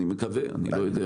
אני מקווה, אני לא יודע.